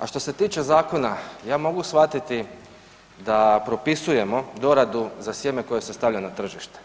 A što se tiče zakona, ja mogu shvatiti da propisujemo doradu za sjeme koje se stavlja na tržište,